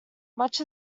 much